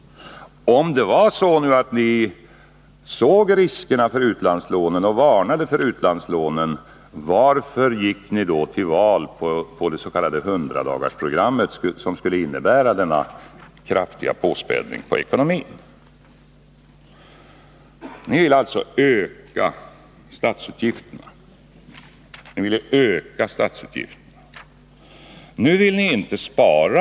Om det var så att ni såg riskerna med utlandslånen och varnade för dem, varför gick ni då till val på det s.k. hundradagarsprogrammet, som skulle innebära denna kraftiga påspädning på ekonomin? Ni ville ju öka statsutgifterna. Nu vill ni inte spara.